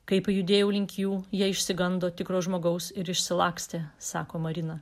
kai pajudėjau link jų jie išsigando tikro žmogaus ir išsilakstė sako marina